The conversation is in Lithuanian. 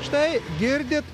štai girdit